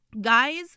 guys